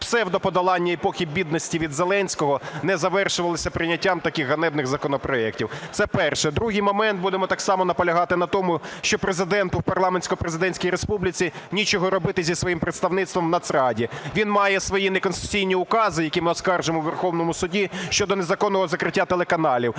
псевдоподолання епохи бідності від Зеленського не завершувалося прийняттям таких ганебних законопроектів. Це перше. Другий момент. Будемо так само наполягати на тому, що Президенту в парламентсько-президентській республіці нічого робити зі своїм представництвом в Нацраді, він має свої неконституційні укази, які ми оскаржимо в Верховному Суді, щодо незаконного закриття телеканалів,